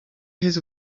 his